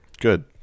Good